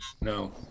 No